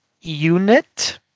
unit